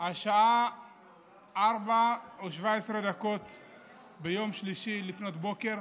השעה 4:17 ביום שלישי לפנות בוקר.